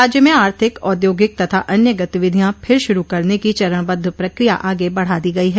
राज्य में आर्थिक औद्योगिक तथा अन्य गतिविधियां फिर शुरू करने की चरणबद्व प्रक्रिया आगे बढ़ा दी गयी है